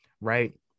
Right